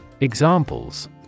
Examples